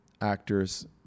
actors